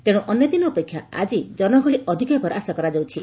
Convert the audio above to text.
ତେଶୁ ଅନ୍ୟଦିନ ଅପେକ୍ଷା ଆଜି ଜନଗହଳି ଅଧିକ ହେବାର ଆଶା କରାଯାଉଛି